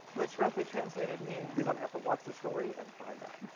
which roughly translated means? you're going to have to watch the story and find out!